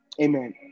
Amen